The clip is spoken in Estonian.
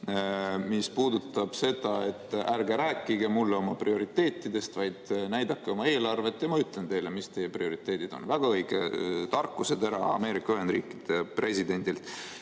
valitsuses vähem –, et ärge rääkige mulle oma prioriteetidest, vaid näidake oma eelarvet ja ma ütlen teile, mis teie prioriteedid on. Väga õige tarkusetera Ameerika Ühendriikide presidendilt. Mina